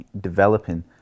developing